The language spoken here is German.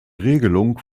regelung